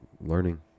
learning